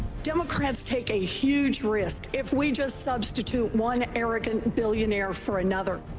democrats take a huge risk if we just substitute one arrogant billionaire for another.